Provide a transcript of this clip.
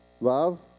Love